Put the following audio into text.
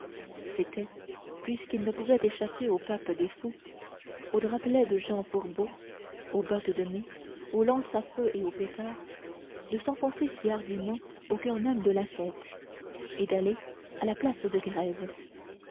c'était puisqu'il ne pouvait échapper au pape des fous aux drapelets de jehan fourbault aux bottes de mai aux lances à feu et aux pétards de s'enfoncer hardiment au coeur même de la fête et d'aller à la place de grève